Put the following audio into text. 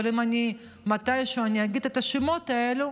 אבל אם אני פעם אגיד את השמות האלה,